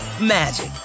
magic